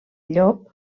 llop